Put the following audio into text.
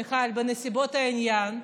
מיכל, בנסיבות העניין.